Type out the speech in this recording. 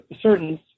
certain